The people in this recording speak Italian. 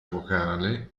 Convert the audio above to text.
vocale